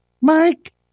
Mike